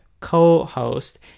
co-host